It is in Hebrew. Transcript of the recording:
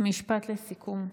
משפט לסיכום.